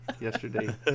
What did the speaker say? yesterday